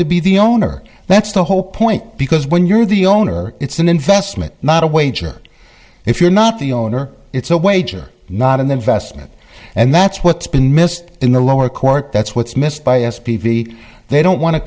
to be the owner that's the whole point because when you're the owner it's an investment not a wager if you're not the owner it's a wager not an investment and that's what's been missed in the lower court that's what's missed by s p v they don't want to